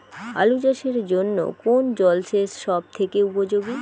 আলু চাষের জন্য কোন জল সেচ সব থেকে উপযোগী?